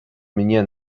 mnie